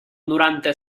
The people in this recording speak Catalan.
noranta